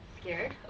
scared